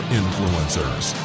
influencers